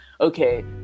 okay